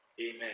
Amen